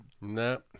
No